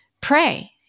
pray